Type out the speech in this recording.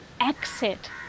exit